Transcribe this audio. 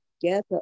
together